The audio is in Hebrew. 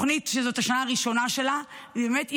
תוכנית שזאת השנה הראשונה שלה, היא באמת ייחודית,